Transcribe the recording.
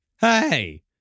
Hey